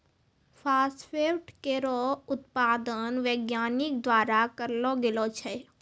phosphate केरो उत्पादन वैज्ञानिक द्वारा करलो गेलो छै